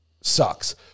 sucks